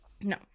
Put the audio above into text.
No